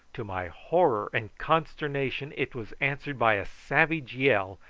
to my horror and consternation it was answered by a savage yell,